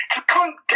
Come